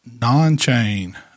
Non-chain